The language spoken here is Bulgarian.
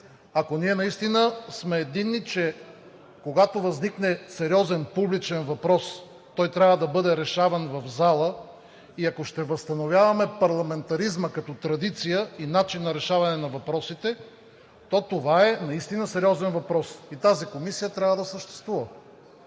ако ние сме единни, че когато възникне сериозен публичен въпрос, той трябва да бъде решаван в залата, и ако ще възстановяваме парламентаризма като традиция и начин на решаване на въпросите, то това е наистина сериозен въпрос и тази комисия трябва да съществува.